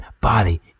body